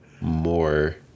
more